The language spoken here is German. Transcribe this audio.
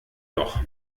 doch